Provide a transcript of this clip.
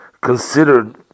considered